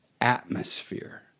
atmosphere